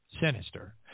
sinister